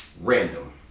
random